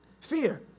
Fear